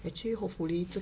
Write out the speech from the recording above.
actually hopefully 这